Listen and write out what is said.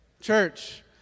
church